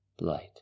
light